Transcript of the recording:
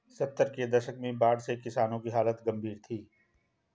सत्तर के दशक में बाढ़ से किसानों की हालत गंभीर थी